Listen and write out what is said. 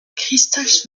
christoph